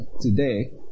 today